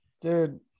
Dude